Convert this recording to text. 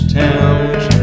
towns